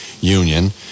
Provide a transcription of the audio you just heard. union